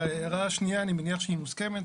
ההערה השנייה אני מניח שהיא מוסכמת.